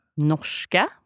Norska